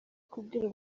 kubwira